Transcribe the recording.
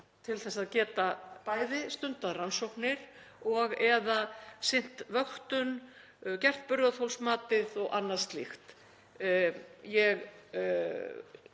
til að geta bæði stundað rannsóknir og/eða sinnt vöktun, gert burðarþolsmatið og annað slíkt.